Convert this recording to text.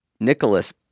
Nicholas